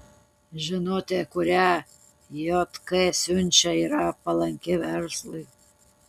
žinutė kurią jk siunčia yra palanki verslui